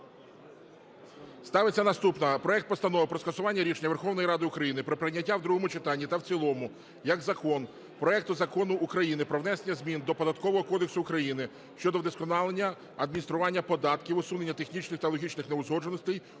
Ставиться наступне. Проект Постанови про скасування рішення Верховної Ради України про прийняття в другому читанні та в цілому як закон проекту Закону України про внесення змін до Податкового кодексу України щодо вдосконалення адміністрування податків, усунення технічних та логічних неузгодженостей